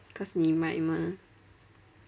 cause 你 might mah